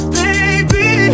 baby